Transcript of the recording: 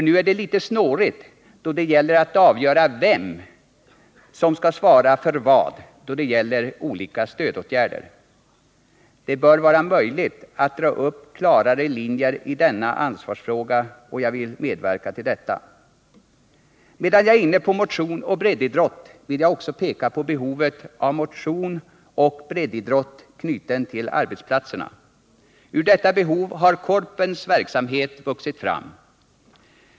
Nu är det litet snårigt då det gäller att avgöra vem som skall svara för vad i fråga om olika stödåtgärder. Det bör vara möjligt att dra upp klarare linjer i denna ansvarsfråga och jag vill medverka till detta. Medan jag är inne på motion och breddidrott vill jag också peka på behovet av motion och breddidrott knuten till arbetsplatserna. Ur detta behov har Korpens verksamhet vuxit fram.